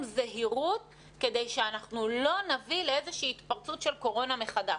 זהירות כדי שאנחנו לא נביא לאיזושהי התפרצות של קורונה מחדש,